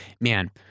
man